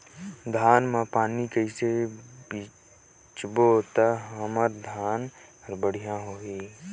धान मा पानी कइसे सिंचबो ता हमर धन हर बढ़िया होही?